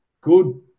Good